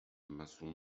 مصون